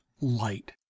light